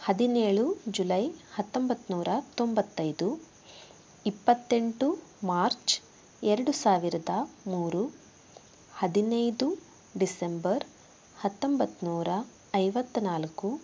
ಹದಿನೇಳು ಜುಲೈ ಹತ್ತೊಂಬತ್ನೂರ ತೊಂಬತ್ತೈದು ಇಪ್ಪತ್ತೆಂಟು ಮಾರ್ಚ್ ಎರಡು ಸಾವಿರದ ಮೂರು ಹದಿನೈದು ಡಿಸೆಂಬರ್ ಹತ್ತೊಂಬತ್ನೂರ ಐವತ್ತ ನಾಲ್ಕು